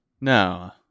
no